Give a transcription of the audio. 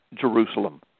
Jerusalem